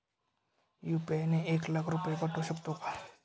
UPI ने एक लाख रुपये पाठवू शकतो का?